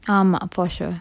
ஆமா அப்பொ:aama appo sure